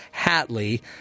hatley